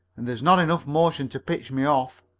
and there's not enough motion to pitch me off.